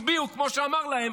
הצביעו כמו שאמרו להם